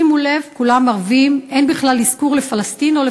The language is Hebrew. שימו לב, כולם ערבים, אין בכלל אזכור לפלסטין